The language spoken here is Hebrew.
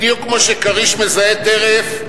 בדיוק כמו שכריש מזהה טרף,